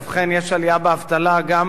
ובכן, יש עלייה באבטלה, גם